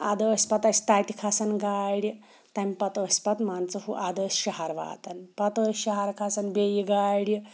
اَدٕ ٲسۍ پَتہٕ اَسہِ تَتہِ کھَسان گاڑِ تَمہِ پَتہٕ ٲس پَتہٕ مان ژٕ ہُہ اَدٕ ٲسۍ شہر واتان پَتہٕ ٲسۍ شہر کھَسان بیٚیہِ گاڑِ